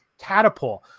catapult